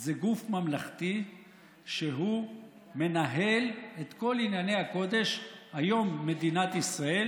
זה גוף ממלכתי שמנהל היום את כל ענייני הקודש של מדינת ישראל,